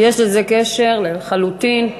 יש לזה קשר, לחלוטין.